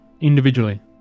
individually